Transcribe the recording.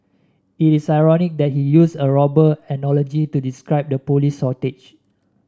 it is ironic that he used a robber analogy to describe the police shortage